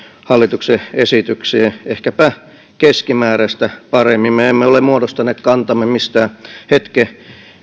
hallituksen esityksiin ehkäpä keskimääräistä paremmin me emme ole muodostaneet kantaamme mistään hetken